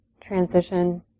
transition